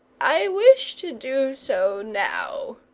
i wish to do so now,